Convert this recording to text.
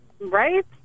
right